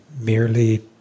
merely